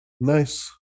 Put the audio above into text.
Nice